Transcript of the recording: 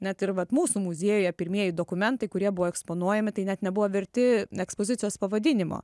net ir vat mūsų muziejuje pirmieji dokumentai kurie buvo eksponuojami tai net nebuvo verti ekspozicijos pavadinimo